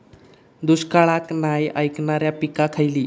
दुष्काळाक नाय ऐकणार्यो पीका खयली?